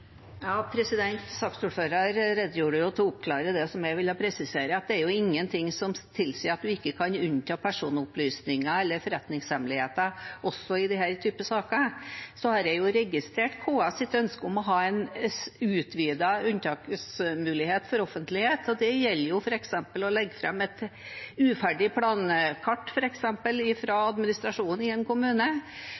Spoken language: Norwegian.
redegjorde og oppklarte det som jeg ville presisere, at det er ingenting som tilsier at man ikke kan unnta personopplysninger eller forretningshemmeligheter også i denne typen saker. Så har jeg registrert KS’ ønske om å ha en utvidet unntaksmulighet for offentlighet. Det gjelder f.eks. å legge fram et uferdig plankart